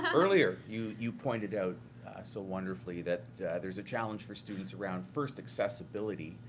ah earlier you you pointed out so wonderfully that there's a challenge for students around, first, accessibility,